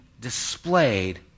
displayed